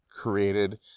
created